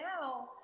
now